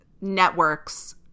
networks